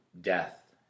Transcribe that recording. death